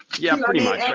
yeah, um pretty much.